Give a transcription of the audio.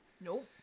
Nope